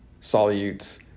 solutes